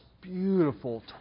beautiful